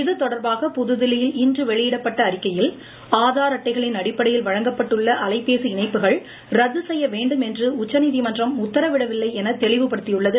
இதுதொடர்பாக புதுதில்லியில் இன்று வெளியிடப்பட்ட அறிக்கையில் ஆதார் அட்டைகளின் அடிப்படையில் வழங்கப்பட்டுள்ள அலைபேசி இணைப்புகள் ரத்து செய்ய வேண்டும் என்று உச்சநீதிமன்றம் உத்தரவிடவில்லை என தெளிவுபடுத்தியுள்ளது